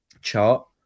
chart